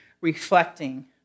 reflecting